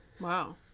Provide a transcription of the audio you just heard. wow